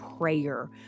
Prayer